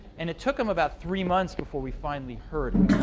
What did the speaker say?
and it took them about three months before we finally heard it.